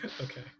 okay